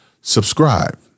Subscribe